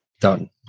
Done